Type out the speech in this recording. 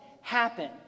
happen